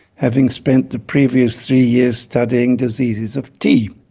having spent the previous three years studying diseases of tea.